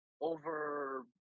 over